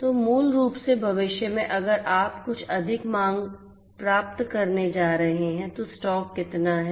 तो मूल रूप से भविष्य में अगर आप कुछ अधिक मांग प्राप्त करने जा रहे हैं तो स्टॉक कितना है